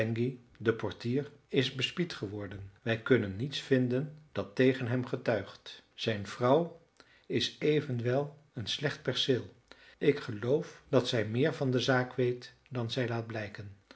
de portier is bespied geworden wij kunnen niets vinden dat tegen hem getuigt zijn vrouw is evenwel een slecht perceel ik geloof dat zij meer van de zaak weet dan zij laat blijken